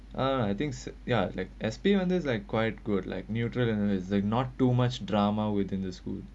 uh I think ya like S_P ones like quite good like neutral is not too much drama within the school